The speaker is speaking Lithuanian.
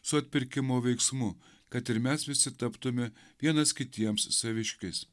su atpirkimo veiksmu kad ir mes visi taptume vienas kitiems saviškiais